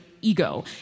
ego